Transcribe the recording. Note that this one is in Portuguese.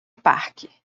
parque